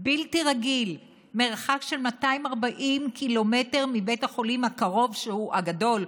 בלתי רגיל: מרחק של 240 קילומטר מבית החולים הקרוב הגדול,